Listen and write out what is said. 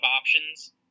options